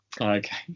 Okay